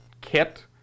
kit